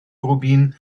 rubin